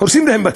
הורסים להם בתים.